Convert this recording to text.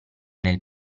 nel